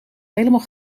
helemaal